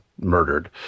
murdered